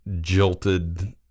jilted